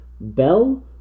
Bell